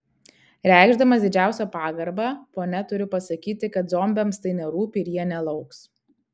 reikšdamas didžiausią pagarbą ponia turiu pasakyti kad zombiams tai nerūpi ir jie nelauks